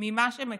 ממה שמקבלים.